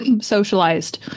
socialized